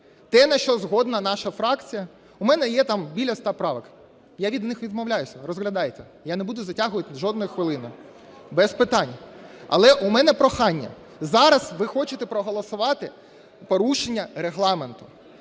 Те, на що згодна наша фракція, у мене є там біля ста правок, я від них відмовляюсь – розглядайте, я не буду затягувати жодної хвилини, без питань. Але у мене прохання, зараз ви хочете проголосувати порушення Регламенту.